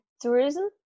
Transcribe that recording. tourism